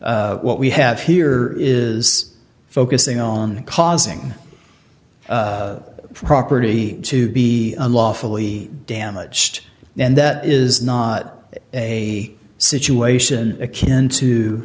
what we have here is focusing on causing property to be unlawfully damaged and that is not a situation akin to